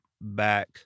back